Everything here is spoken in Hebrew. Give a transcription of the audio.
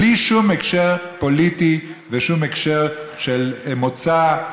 בלי שום הקשר פוליטי ושום הקשר של מוצא,